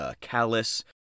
callous